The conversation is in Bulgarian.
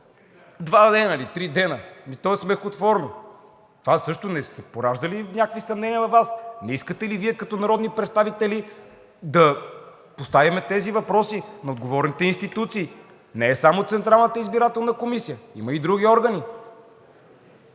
два дена или три дена? Ми то е смехотворно. Това също не поражда ли някакви съмнения във Вас? Не искате ли Вие като народни представители да поставим тези въпроси на отговорните институции? Не е само Централната избирателна комисия, има и други органи.